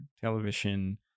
television